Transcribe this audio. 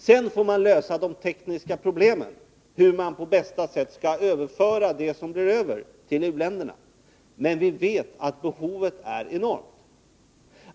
Sedan får vi lösa de tekniska problemen hur man på bästa sätt kan överföra det som blir över till u-länderna. Men vi vet att behovet är enormt.